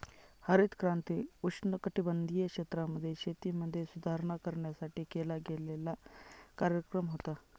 हरित क्रांती उष्णकटिबंधीय क्षेत्रांमध्ये, शेतीमध्ये सुधारणा करण्यासाठी केला गेलेला कार्यक्रम होता